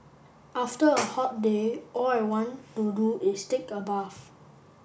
after a hot day all I want to do is take a bath